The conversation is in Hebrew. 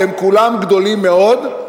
והם כולם גדולים מאוד,